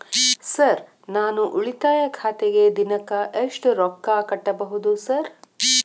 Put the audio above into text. Sir ನಾನು ಉಳಿತಾಯ ಖಾತೆಗೆ ದಿನಕ್ಕ ಎಷ್ಟು ರೊಕ್ಕಾ ಕಟ್ಟುಬಹುದು ಸರ್?